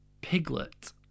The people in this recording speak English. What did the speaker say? Piglet